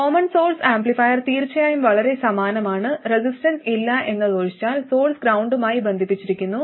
common source amplifier തീർച്ചയായും വളരെ സമാനമാണ് റെസിസ്റ്റൻസ് ഇല്ല എന്നതൊഴിച്ചാൽ സോഴ്സ് ഗ്രൌണ്ട് മായി ബന്ധിപ്പിച്ചിരിക്കുന്നു